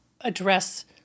address